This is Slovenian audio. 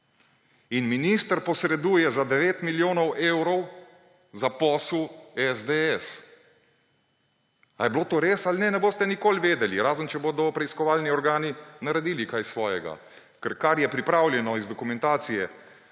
In minister posreduje za 9 milijonov evrov za posel SDS. Ali je bilo to res ali ne, ne boste nikoli vedeli, razen če bodo preiskovalni organi naredili kaj svojega. Kar je pripravljeno iz dokumentacije